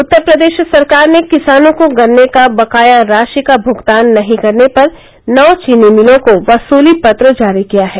उत्तर प्रदेश सरकार ने किसानों को गन्ने की बकाया राशि का भुगतान नहीं करने पर नौ चीनी मिलों को वसूली पत्र जारी किया है